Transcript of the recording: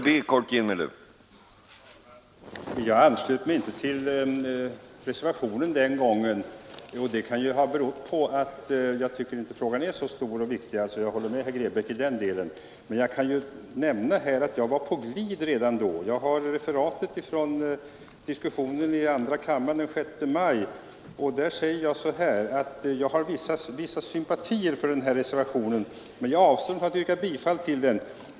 Herr talman! Jag anslöt mig inte till reservationen den gången, och det kan ha berott på att jag inte tycker att frågan är så stor och viktig. Jag håller med herr Grebäck i den delen. Men jag kan nämna att jag redan då var på glid. Jag har referatet från diskussionen i andra kammaren den 6 maj 1970, där jag sade att jag har vissa sympatier för reservationen ”men jag avstår från att yrka bifall till den.